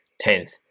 tenth